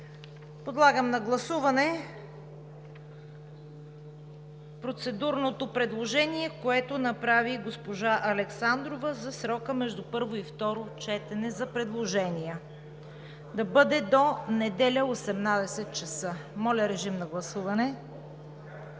Подлагам на гласуване процедурното предложение, което направи госпожа Александрова, за срока между първо и второ четене за предложения да бъде до неделя, 18,00 ч. Тъй като знаете,